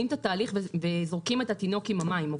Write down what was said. את התהליך וזורקים את התהליך עם המים.